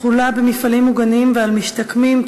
(תחולה במפעלים מוגנים ועל משתקמים),